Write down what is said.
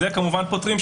את זה כמובן פותרים,